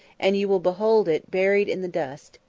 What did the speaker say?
and you will behold it buried in the dust.